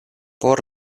por